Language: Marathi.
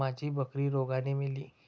माझी बकरी रोगाने मेली